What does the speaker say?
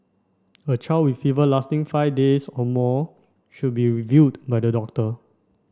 a child with fever lasting five days or more should be reviewed by the doctor